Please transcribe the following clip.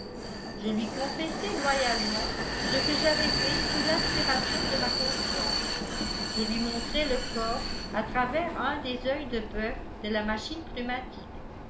je lui confessai loyalement ce que j'avais fait sous l'inspiration de ma conscience je lui montrai le corps à travers un des oeils deboeuf de la machine